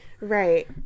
right